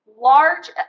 large